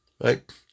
Right